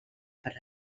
per